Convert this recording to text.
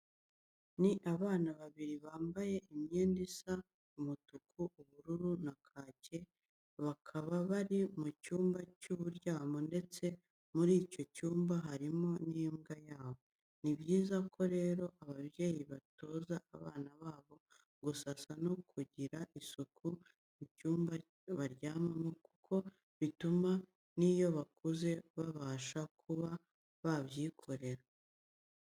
Ni abana babiri bambaye imyenda isa umutuku, ubururu na kake, bakaba bari mu cyumba cy'uburyamo ndetse muri icyo cyumba harimo n'imbwa yabo. Ni byiza ko rero ababyeyi batoza abana babo gusasa no kugirira isuku icyumba baryamamo kuko bituma n'iyo bakuze babasha kuba babyikorera.